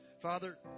Father